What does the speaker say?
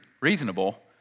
reasonable